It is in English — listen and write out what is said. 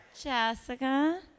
Jessica